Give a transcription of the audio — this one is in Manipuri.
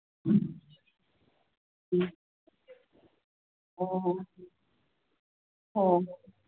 ꯎꯝ ꯑꯣ ꯑꯣ